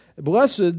Blessed